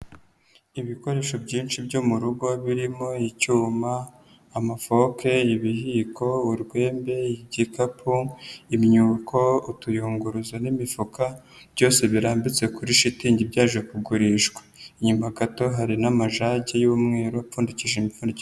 Ibikoresho byinshi byo mu rugo birimo icyuma, amafoke, ibihiko, urwembe, igikapu, imyuko, utuyunguruzo n'imifuka, byose birambitse kuri shitingi byaje kugurishwa, inyuma gato hari n'amajage y'umweru apfundikije imipfundikizo.